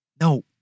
no